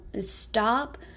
Stop